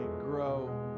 grow